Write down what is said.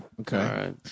Okay